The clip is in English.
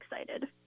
excited